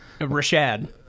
Rashad